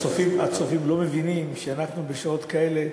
הצופים לא מבינים שאנחנו בשעות כאלה,